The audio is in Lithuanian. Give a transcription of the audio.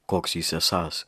koks jis esąs